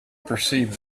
perceived